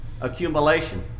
accumulation